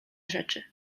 rzeczy